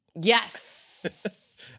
Yes